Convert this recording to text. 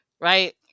right